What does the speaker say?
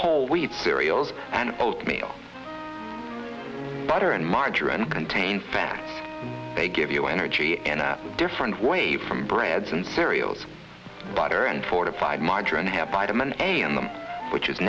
whole wheat cereals and old meals butter and margarine contain fat they give you energy in a different way from breads and cereals butter and fortified margarine have vitamin a in them which is